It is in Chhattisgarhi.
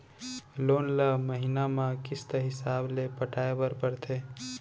लोन ल महिना म किस्त हिसाब ले पटाए बर परथे